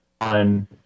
on